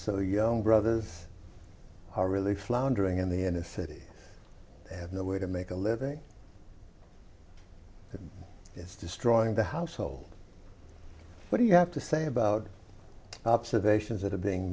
so young brothers are really floundering in the in a city have nowhere to make a living and it's destroying the household what do you have to say about observations that are being